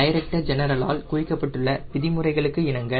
director ஜெனரலால் குறிப்பிட்டுள்ள விதிமுறைகளுக்கு இணங்க